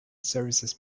services